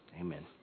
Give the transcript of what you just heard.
Amen